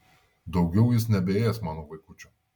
daugiau jis nebeės mano vaikučių